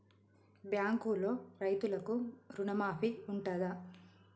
బ్యాంకులో రైతులకు రుణమాఫీ ఉంటదా?